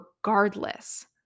regardless